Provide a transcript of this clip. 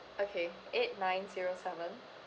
okay eight nine zero seven